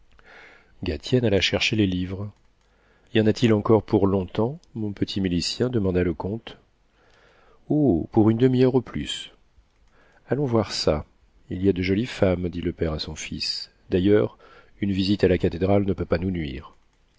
gatienne alla chercher les livres y en a-t-il encore pour long-temps mon petit milicien demanda le comte oh pour une demi-heure au plus allons voir ça il y a de jolies femmes dit le père à son fils d'ailleurs une visite à la cathédrale ne peut pas nous nuire